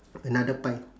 another pie